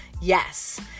Yes